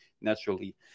naturally